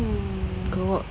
hmm